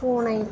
பூனை